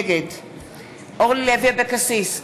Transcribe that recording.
נגד אורלי לוי אבקסיס,